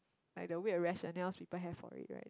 like the weird rationales people have for it right